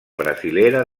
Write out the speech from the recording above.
brasilera